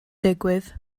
digwydd